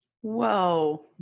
Whoa